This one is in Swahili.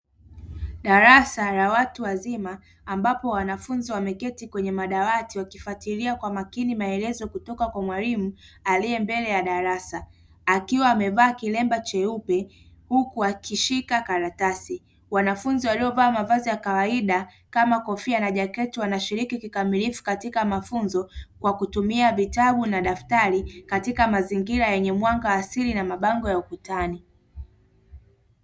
Darasa la watu wazima ambapo wanafunzi wameketi kwenye madawati wakifatilia kwa makini maelezo kutoka kwa mwalimu, aliye mbele ya darasa akiwa amevaa kilemba cheupe huku akishika karatasi. Wanafunzi waliovaa mavazi ya kawaida kama kofia na jaketi wanashiriki kikamilifu katika mafunzo kwa kutumia vitabu na daftari, katika mazingira yenye mwanga asili na mabango ya ukutani.